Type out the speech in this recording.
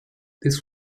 this